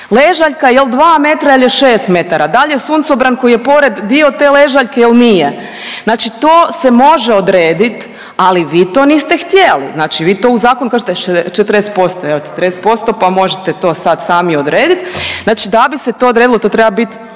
Ležaljka jel' 2 metra ili je 6 m, da li je suncobran koji je pored dio te ležaljke ili nije? Znači to se može odrediti, ali vi to niste htjeli. Znači vi to u zakonu kažete 40%. Evo 40% pa možete to sad sami odrediti. Znači da bi se to odredilo to treba bit